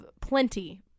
plenty